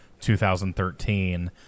2013